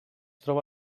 troba